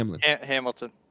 Hamilton